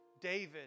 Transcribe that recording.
David